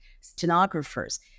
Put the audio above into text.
stenographers